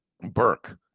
Burke